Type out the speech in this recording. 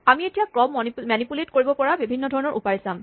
আমি এতিয়া ক্ৰম মেনিপুলেট কৰিব পৰা বিভিন্ন ধৰণৰ উপায় চাম